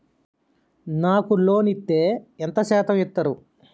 నాకు లోన్ ఇత్తే ఎంత శాతం ఇత్తరు?